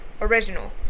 Original